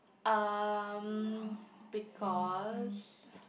um because